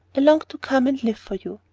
i longed to come and live for you.